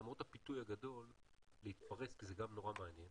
למרות הפיתוי הגדול להתפרס וזה גם נורא מעניין,